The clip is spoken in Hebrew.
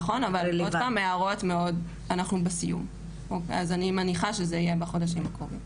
נכון אבל עוד פעם אנחנו בסיום אז אני מניחה שזה יהיה בחודשים הקרובים.